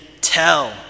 Tell